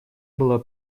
было